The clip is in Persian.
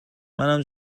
منم